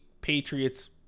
Patriots